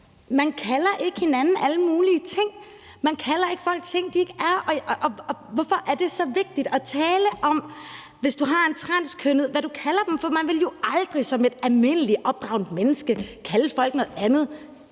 Man kalder ikke hinanden alle mulige ting. Man kalder ikke folk ting, de ikke er, og hvorfor er det så vigtigt at tale om, hvad man kalder en transkønnet. Man ville jo aldrig som et almindeligt velopdragent menneske kalde folk noget andet